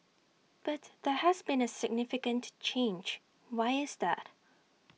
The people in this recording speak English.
but there has been A significant change why is that